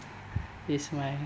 it's my